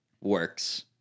works